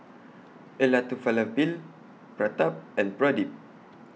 Elattuvalapil Pratap and Pradip